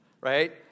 right